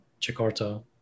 Jakarta